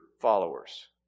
followers